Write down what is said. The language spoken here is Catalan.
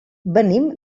venim